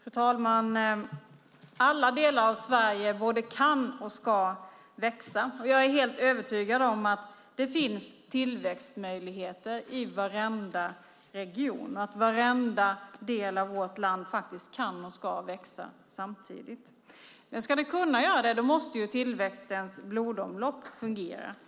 Fru talman! Alla delar av Sverige både kan och ska växa. Jag är helt övertygad om att det finns tillväxtmöjligheter i varenda region och att varenda del av vårt land faktiskt kan och ska växa samtidigt. Men ska vi kunna göra det måste tillväxtens blodomlopp fungera.